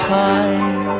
time